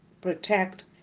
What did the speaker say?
protect